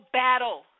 battle